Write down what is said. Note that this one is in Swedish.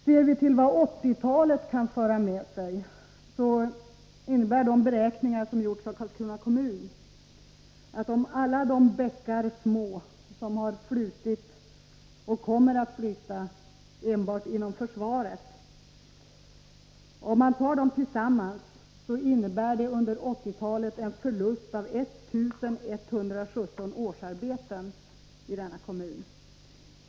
Ser vi till vad 1980-talet kan föra med sig, innebär enligt de beräkningar som har gjorts av Karlskrona kommun alla de bäckar små som har flutit och kommer att flyta enbart inom försvaret sammantaget en förlust av 1 117 årsarbeten i denna kommun.